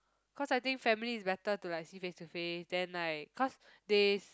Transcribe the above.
cause I think family is better to like see face to face then like cause they